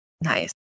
Nice